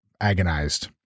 agonized